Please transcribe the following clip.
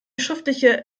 schriftliche